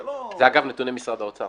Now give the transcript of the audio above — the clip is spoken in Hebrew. אגב, זה נתוני משרד האוצר